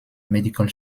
medical